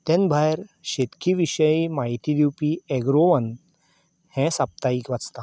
तेन भायर शेतकी विशय म्हायती दिवपी अॅग्रोवन हें साप्ताहीक वाचतां